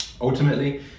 Ultimately